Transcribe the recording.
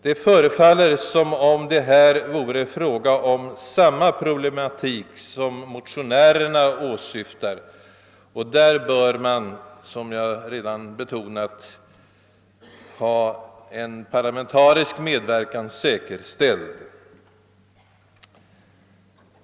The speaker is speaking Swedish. Det förefaller som om det här vore fråga om samma problematik som motionärerna åsyftat, och vid dess bedömning bör man som jag förut betonat säkerställa en parlamentarisk medverkan.